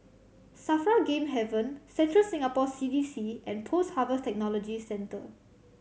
SAFRA Game Haven Central Singapore C D C and Post Harvest Technology Centre